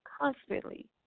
constantly